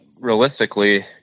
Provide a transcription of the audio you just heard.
realistically